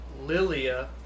Lilia